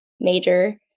major